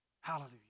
Hallelujah